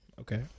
okay